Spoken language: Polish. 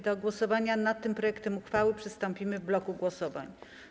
Do głosowania nad tym projektem uchwały przystąpimy w bloku głosowań.